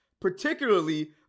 particularly